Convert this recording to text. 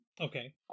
Okay